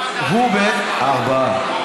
אין שלושה מנדטים, ארבעה.